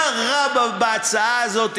מה רע בהצעה הזאת?